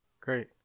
Great